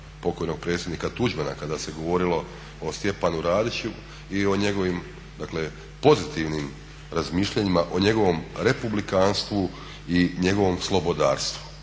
pokojnog predsjednika Tuđmana kada se govorilo o Stjepanu Radiću i o njegovim dakle pozitivnim razmišljanjima o njegovom republikanstvu i njegovom slobodarstvu.